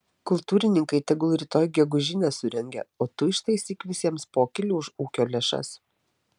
kultūrininkai tegul rytoj gegužinę surengia o tu ištaisyk visiems pokylį už ūkio lėšas